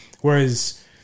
Whereas